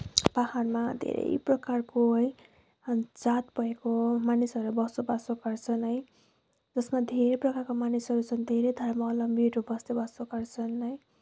पाहाडमा धेरै प्रकारको है जात भएको मानिसहरू बसोबासो गर्छन् है जसमा धेरै प्रकारका मानिसहरू छन् धेरै धर्मावलम्बीहरू बसोबासो गर्छन् है